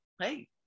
hey